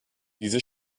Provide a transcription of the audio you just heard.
diese